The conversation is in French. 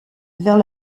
vers